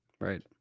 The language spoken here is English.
right